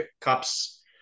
cups